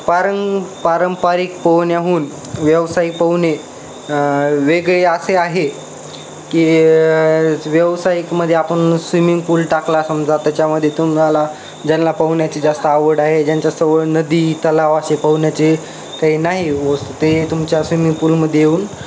पारं पारंपरिक पोहण्याहून व्यवसायिक पोहणे वेगळे असे आहे की व्यवसायिकमध्ये त्याच्यामध्ये तुम्हाला ज्यांना पोहण्याची जास्त आवड आहे ज्यांच्या जवळ नदी तलाव असे पोहण्याचे काही नाही वस् ते तुमच्या स्विमिंग पूलमध्ये येऊन